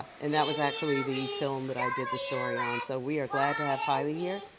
and that was actually the film that i did the story on. so we are glad to have haile here.